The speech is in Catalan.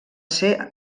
ser